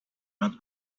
not